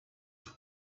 have